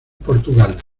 portugal